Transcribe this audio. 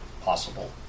possible